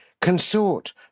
Consort